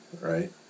Right